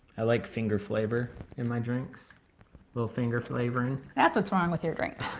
i like finger-flavor in my drinks little finger flavoring. that's what's wrong with your drinks.